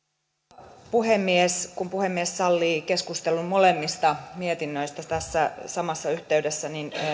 arvoisa puhemies kun puhemies sallii keskustelun molemmista mietinnöistä tässä samassa yhteydessä niin